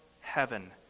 heaven